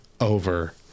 over